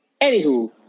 Anywho